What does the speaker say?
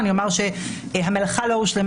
אני אומר שהמלאכה לא הושלמה,